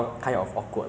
no M_S team